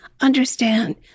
understand